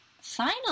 final